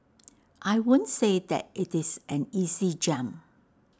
I won't say that IT is an easy jump